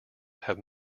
have